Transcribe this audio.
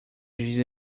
giz